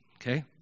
okay